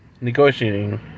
negotiating